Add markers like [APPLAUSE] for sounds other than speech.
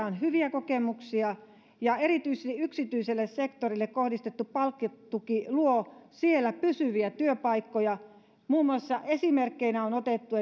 [UNINTELLIGIBLE] on hyviä kokemuksia ja erityisesti yksityiselle sektorille kohdistettu palkkatuki luo siellä pysyviä työpaikkoja esimerkkeinä on otettu [UNINTELLIGIBLE]